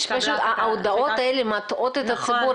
ההודעות האלה מטעות את הציבור.